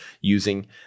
using